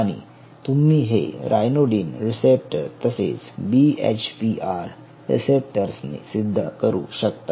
आणि तुम्ही हे रायनोडिन रिसेप्टर तसेच बीएचपीआर रिसेप्टर्सनी सिद्ध करू शकता